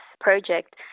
project